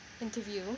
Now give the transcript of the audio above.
interview